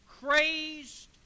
crazed